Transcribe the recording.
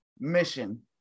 mission